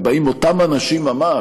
ובאים אותם אנשים ממש,